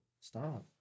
Stop